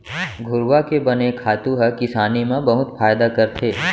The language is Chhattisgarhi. घुरूवा के बने खातू ह किसानी म बहुत फायदा करथे